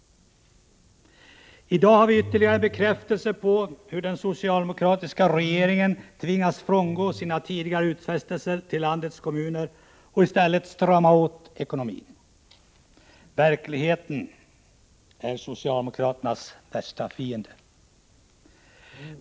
I dag har vi ytterligare en bekräftelse på hur den socialdemokratiska regeringen tvingas frångå sina tidigare utfästelser till landets kommuner och i stället strama åt ekonomin. Verkligheten är socialdemokraternas värsta fiende.